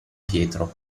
pietro